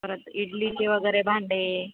परत इडलीची वगैरे भांडे